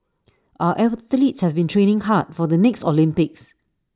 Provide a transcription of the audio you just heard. our athletes have been training hard for the next Olympics